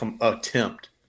attempt